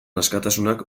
askatasunak